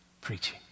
preaching